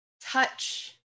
touch